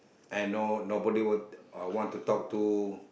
and no nobody will uh want to talk to